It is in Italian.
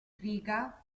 riga